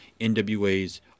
NWA's